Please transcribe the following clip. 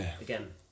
again